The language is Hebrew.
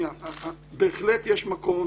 בהחלט יש מקום,